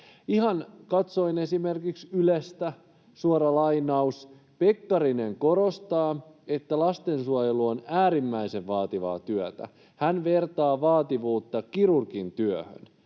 katsoin esimerkiksi Ylestä: ”Pekkarinen korostaa, että lastensuojelu on äärimmäisen vaativaa työtä. Hän vertaa vaativuutta kirurgin työhön.